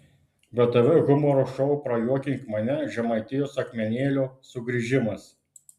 btv humoro šou prajuokink mane žemaitijos akmenėlio sugrįžimas